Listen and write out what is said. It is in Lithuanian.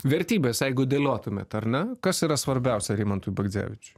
vertybės jeigu dėliotumėt ar ne kas yra svarbiausia rimantui bagdzevičiui